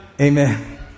Amen